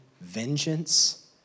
vengeance